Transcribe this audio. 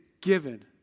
given